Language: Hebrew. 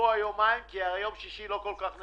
וגם יום שישי לא כל כך נחשב,